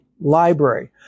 Library